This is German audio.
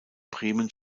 bremen